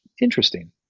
interesting